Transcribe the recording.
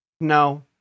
No